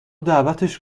دعوتش